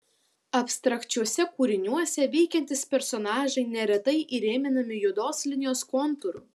abstrakčiuose kūriniuose veikiantys personažai neretai įrėminami juodos linijos kontūru